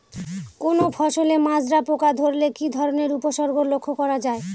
কোনো ফসলে মাজরা পোকা ধরলে কি ধরণের উপসর্গ লক্ষ্য করা যায়?